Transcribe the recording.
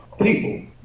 people